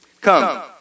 Come